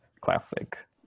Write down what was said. classic